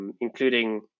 including